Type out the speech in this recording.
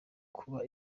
kuba